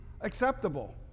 acceptable